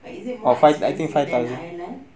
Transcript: or is it more expensive than ireland